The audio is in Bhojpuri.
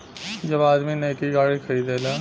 जब आदमी नैकी गाड़ी खरीदेला